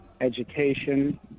education